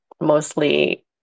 mostly